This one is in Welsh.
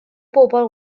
bobl